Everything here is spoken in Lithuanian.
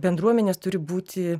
bendruomenės turi būti